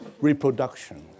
reproduction